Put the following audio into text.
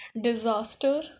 disaster